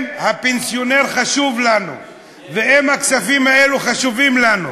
אם הפנסיונר חשוב לנו ואם הכספים האלה חשובים לנו,